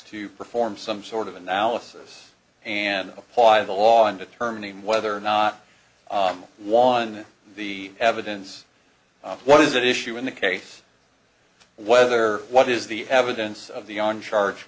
to perform some sort of analysis and apply the law in determining whether or not one the evidence what is that issue in the case whether what is the evidence of the on charge